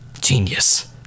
genius